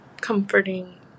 Comforting